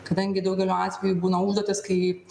kadangi daugeliu atvejų būna užduotys kai